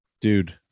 Dude